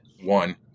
one